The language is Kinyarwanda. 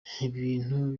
ibintu